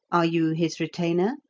are you his retainer?